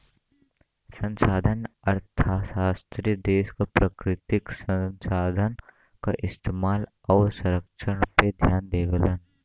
संसाधन अर्थशास्त्री देश क प्राकृतिक संसाधन क इस्तेमाल आउर संरक्षण पे ध्यान देवलन